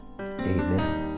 Amen